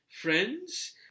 friends